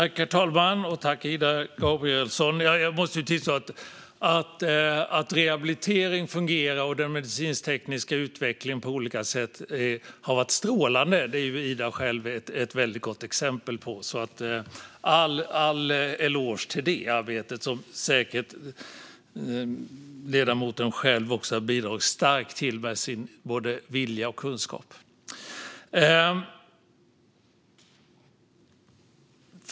Herr talman! Jag tackar Ida Gabrielsson för frågorna. Jag måste tillstå att rehabilitering fungerar och att den medicinsk-tekniska utvecklingen på olika sätt har varit strålande. Det är Ida Gabrielsson själv ett gott exempel på. Jag ger en eloge till det arbetet, som säkert ledamoten själv har bidragit starkt till med vilja och kunskap.